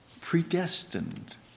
predestined